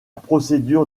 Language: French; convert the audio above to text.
procédure